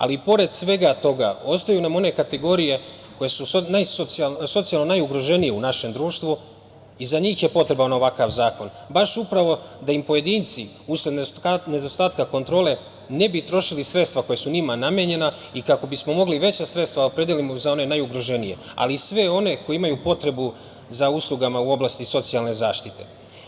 Ali i pored svega toga, ostaju nam one kategorije koje su sada socijalno najugroženije u našem društvu i za njih je potreban ovakav zakon, baš upravo da im pojedinci usled nedostatka kontrole ne bi trošili sredstva koja su njima namenjena i kako bismo mogli veća sredstva da opredelimo za one najugroženije, ali i sve one koje imaju potrebu za uslugama u oblasti socijalne zaštite.